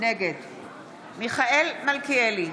נגד מיכאל מלכיאלי,